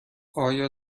آیا